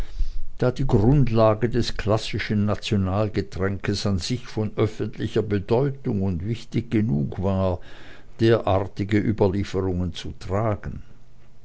da die grundlage des klassischen nationalgetränkes an sich von öffentlicher bedeutung und wichtig genug war derartige überlieferungen zu tragen